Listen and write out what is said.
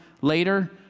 later